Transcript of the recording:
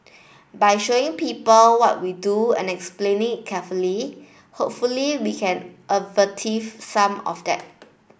by showing people what we do and explaining carefully hopefully we can alleviate some of that